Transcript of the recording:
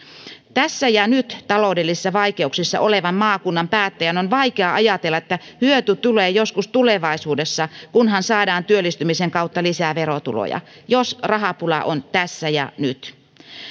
tässä ja nyt taloudellisissa vaikeuksissa olevan maakunnan päättäjän on vaikea ajatella että hyöty tulee joskus tulevaisuudessa kunhan saadaan työllistymisen kautta lisää verotuloja jos rahapula on tässä ja nyt